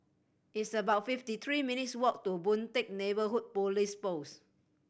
it's about fifty three minutes' walk to Boon Teck Neighbourhood Police Post